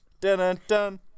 Dun-dun-dun